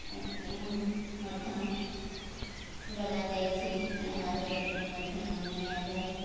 ଏତିକି ମଧ୍ୟ ଲଗାଯାଇଛି ଏହାର ଯତ୍ନ ମଧ୍ୟ ନିଆଯାଏ